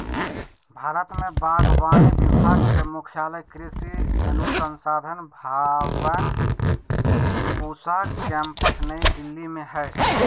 भारत में बागवानी विभाग के मुख्यालय कृषि अनुसंधान भवन पूसा केम्पस नई दिल्ली में हइ